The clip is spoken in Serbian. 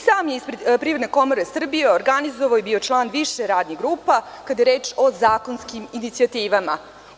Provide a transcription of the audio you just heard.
Sam je ispred Privredne komore Srbije organizovao i bio član više radnih grupa kada je reč o zakonskim inicijativama.